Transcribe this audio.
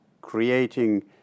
creating